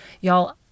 Y'all